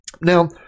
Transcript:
Now